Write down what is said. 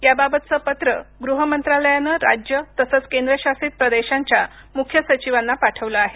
याबाबतचं पत्र गृहमंत्रालयानं राज्यं तसंच केंद्रशासित प्रदेशांच्या मुख्य सचिवांना पाठवलं आहे